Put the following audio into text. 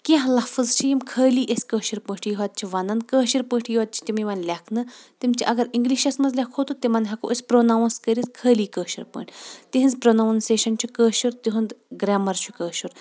کینٛہہ لفظ چھِ یِم خٲلی أسۍ کٲشِر پٲٹھی یوت چھِ ونان کٲشر پٲٹھی یوت چھِ تِم یِوان لیکھنہٕ تِم چھِ اگر انگلِشس منٛز لیکھو تہٕ تِمن ہیٚکو أسۍ پرونونس کٔرِتھ خٲلی کٲشر پٲٹھۍ تہنٛز پرننسیشن چھِ کٲشر تہنٛد گریمر چھُ کٲشُر